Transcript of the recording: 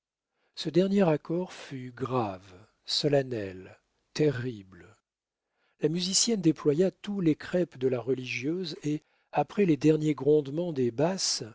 ce dernier accord fut grave solennel terrible la musicienne déploya tous les crêpes de la religieuse et après les derniers grondements des basses